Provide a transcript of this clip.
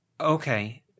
Okay